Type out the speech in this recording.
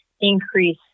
increase